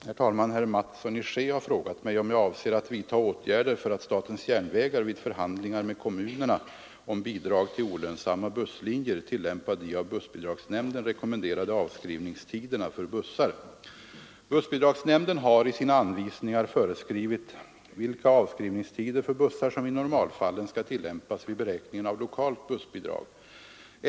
Herr talman! Herr Mattsson i Skee har frågat mig om jag avser att vidtaga åtgärder för att SJ vid förhandlingar med kommunerna om bidrag till olönsamma busslinjer tillämpar de av bussbidragsnämnden rekommenderade avskrivningstiderna för bussar. Bussbidragsnämnden har i sina anvisningar föreskrivit vilka avskrivningstider för bussar som i normalfallen skall tillämpas vid beräkningen av lokalt bussbidrag.